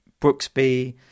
Brooksby